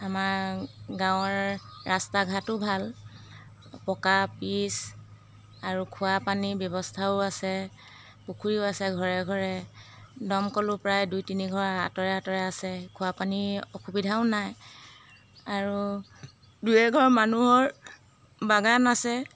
আমাৰ গাঁৱৰ ৰাস্তা ঘাটো ভাল পকা পিচ আৰু খোৱা পানীৰ ব্যৱস্থাও আছে পুখুৰীও আছে ঘৰে ঘৰে দমকলো প্ৰায় দুই তিনি ঘৰৰ আঁতৰে আঁতৰে আছে খোৱা পানীৰ অসুবিধাও নাই আৰু দুই এঘৰ মানুহৰ বাগান আছে